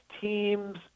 teams